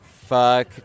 Fuck